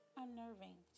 unnerving